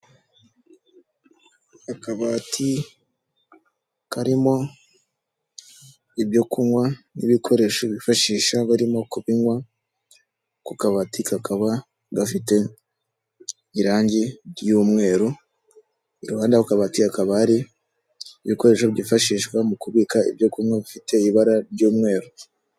Akabati karimo ibyo kunywa n'ibikoresho bifashisha barimo kubinywa, ako kabati kakaba gafite irange ry'umweru, iruhande rw'ako kabati hakaba hari ibikoresho byifashishwa mu kubika ibyo kunywa bifite ibara ry'umweru.